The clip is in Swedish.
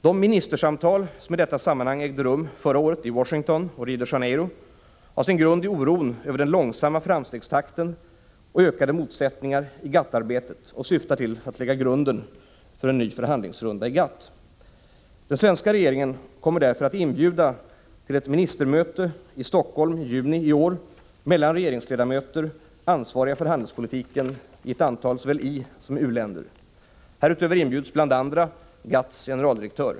De ministersamtal som i detta sammanhang ägde rum förra året i Washington och Rio de Janeiro har sin grund i oron över den långsamma framstegstakten och ökade motsättningar i GATT-arbetet och syftar till att lägga grunden för en ny förhandlingsrunda i GATT. Den svenska regeringen kommer därför att inbjuda till ett ministermöte i Stockholm i juni i år mellan regeringsledamöter ansvariga för handelspolitiken i ett antal såväl isom u-länder. Härutöver inbjuds bl.a. GATT:s generaldirektör.